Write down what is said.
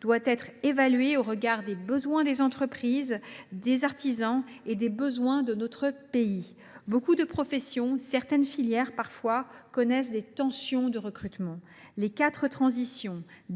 doit être évalué au regard des besoins des entreprises, des artisans et de notre pays. Beaucoup de professions, certaines filières parfois, connaissent des tensions de recrutement. Pour réaliser les quatre transitions que nous traversons –